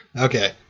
Okay